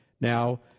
Now